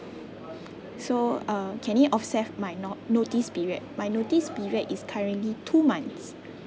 so uh can it offset my not notice period my notice period is currently two months